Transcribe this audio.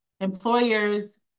employer's